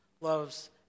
loves